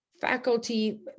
faculty